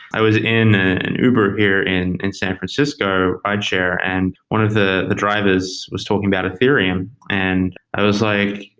i was in an uber here in in san francisco by share and one of the the drivers was talking about ethereum and i was like,